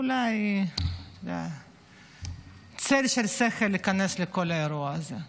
אולי צל של שכל ייכנס לכל האירוע הזה.